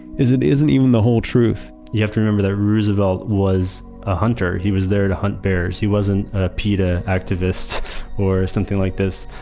isn't isn't even the whole truth you have to remember that roosevelt was a hunter. he was there to hunt bears. he wasn't a peta activist or something like this.